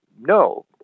No